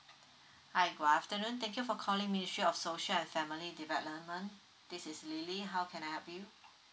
hi good afternoon thank you for calling ministry of social family and development this is lily how can I help you